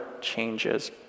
changes